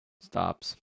stops